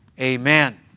Amen